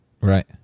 Right